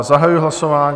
Zahajuji hlasování.